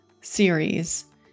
series